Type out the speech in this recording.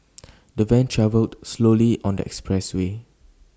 the van travelled slowly on the expressway